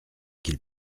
qu’il